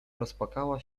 rozpłakała